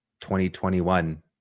2021